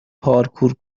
پارکور